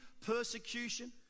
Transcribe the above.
persecution